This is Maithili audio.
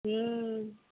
हूँ